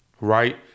right